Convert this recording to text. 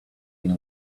been